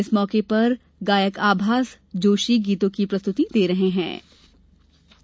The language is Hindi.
इस मौके पर गायक आभास जोशी गीतों की प्रस्तुति देंगे